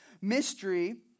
mystery